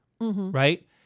Right